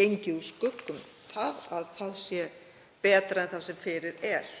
gengið er úr skugga um að það sé betra en það sem fyrir er.